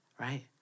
right